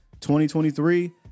2023